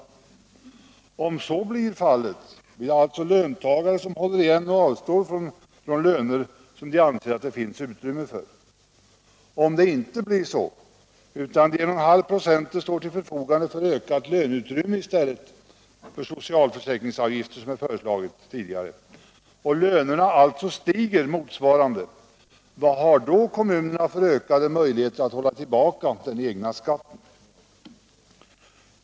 Om så blir fallet blir det alltså löntagarna som håller igen och avstår från löner som de anser att det finns utrymme för. Om det inte blir så, utan dessa 11/2 96 står till förfogande för ökat löneutrymme i stället för socialförsäkringsavgift som föreslagits tidigare — och lönerna alltså stiger motsvarande — vad har då kommunerna för ökade möjligheter att hålla tillbaka sina egna skatter?